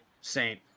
Saint